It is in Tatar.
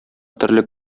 төрле